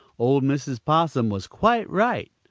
old mrs. possum was quite right.